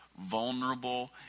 vulnerable